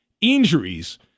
injuries